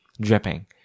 dripping